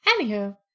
Anywho